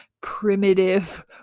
primitive